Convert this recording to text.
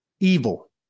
Evil